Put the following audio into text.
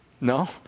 No